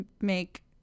make